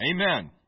Amen